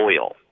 oil